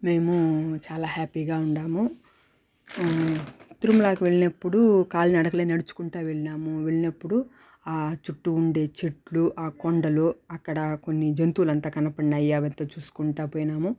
మేము చాలా హ్యాపీగా ఉండాము తిరుమలాకి వెళ్ళినప్పుడు కాలినడకన నడుచుకుంటూ వెళ్ళినాము వెళ్ళినప్పుడు ఆ చుట్టూ ఉండే చెట్లు ఆ కొండలు అక్కడ కొన్ని జంతువులంతా కనపడినాయి అవంతా చూసుకుంటా పోయినాము